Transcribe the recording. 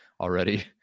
already